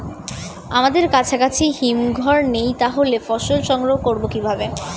আমাদের কাছাকাছি হিমঘর নেই তাহলে ফসল সংগ্রহ করবো কিভাবে?